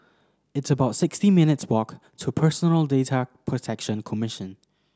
it's about sixty minutes' walk to Personal Data Protection Commission